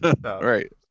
Right